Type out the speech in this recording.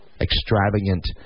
extravagant